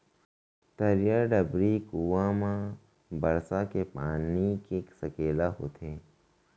तरिया, डबरी, कुँआ म बरसा के पानी के सकेला होथे